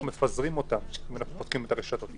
מפזרים אותם, אם פותחים את הרשתות.